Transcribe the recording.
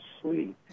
sweet